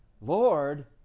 Lord